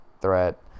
threat